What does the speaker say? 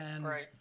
right